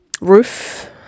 roof